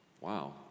Wow